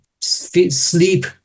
sleep